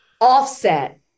offset